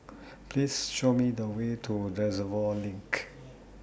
Please Show Me The Way to Reservoir LINK